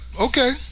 okay